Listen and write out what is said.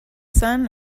son